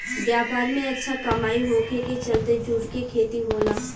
व्यापार में अच्छा कमाई होखे के चलते जूट के खेती होला